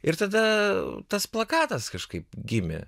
ir tada tas plakatas kažkaip gimė